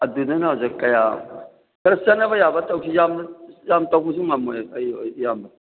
ꯑꯗꯨꯗꯅ ꯑꯣꯖꯥ ꯀꯌꯥ ꯈꯔ ꯆꯠꯅꯕ ꯌꯥꯕ ꯇꯧꯁꯤ ꯌꯥꯝ ꯇꯧꯕꯁꯨ ꯉꯝꯃꯣꯏ ꯑꯩ ꯏꯌꯥꯝꯕ